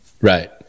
Right